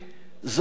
להבנתם,